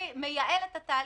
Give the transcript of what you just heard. הזה.